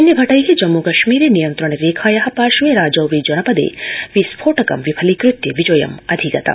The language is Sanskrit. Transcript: जम्म कश्मीरं सैन्यभटै जम्मू कश्मीरे नियन्त्रण रेखाया पार्श्वे राजौरी जनपदे विस्फोटकं विफलीकृत्य विजयमधिगतम्